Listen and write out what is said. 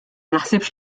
naħsibx